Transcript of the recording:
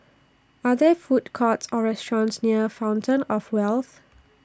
Are There Food Courts Or restaurants near Fountain of Wealth